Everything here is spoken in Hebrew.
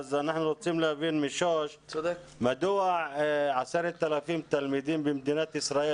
אנחנו רוצים להבין משוש מדוע 10,000 תלמידים במדינת ישראל